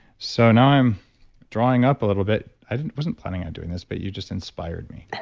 so now i'm drawing up a little bit. i wasn't planning on doing this but you just inspired me